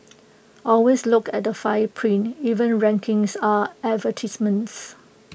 always look at the fine print even rankings are advertisements